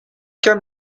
qu’un